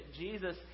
Jesus